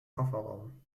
kofferraum